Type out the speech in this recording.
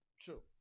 true